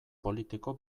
politiko